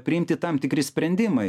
priimti tam tikri sprendimai